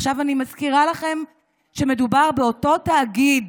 עכשיו אני מזכירה לכם שמדובר באותו תאגיד